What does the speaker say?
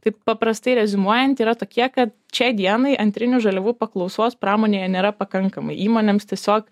taip paprastai reziumuojant yra tokie kad šiai dienai antrinių žaliavų paklausos pramonėje nėra pakankamai įmonėms tiesiog